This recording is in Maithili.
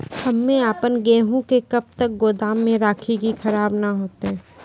हम्मे आपन गेहूँ के कब तक गोदाम मे राखी कि खराब न हते?